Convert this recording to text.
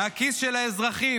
מהכיס של האזרחים